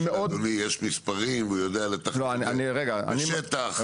אדוני יש מספרים, הוא יודע לתכנן את השטח.